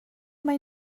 mae